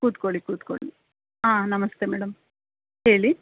ಕೂತ್ಕೋಳ್ಳಿ ಕೂತ್ಕೋಳ್ಳಿ ಹಾಂ ನಮಸ್ತೆ ಮೇಡಮ್ ಹೇಳಿ